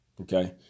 Okay